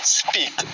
speak